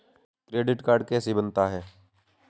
Credit card कैसे बनता है?